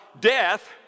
Death